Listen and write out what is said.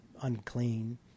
unclean